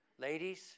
Ladies